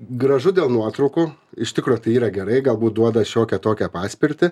gražu dėl nuotraukų iš tikro tai yra gerai galbūt duoda šiokią tokią paspirtį